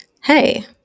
Hey